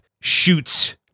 shoots